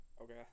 Okay